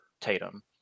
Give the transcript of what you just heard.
Tatum